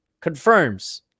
confirms